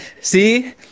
see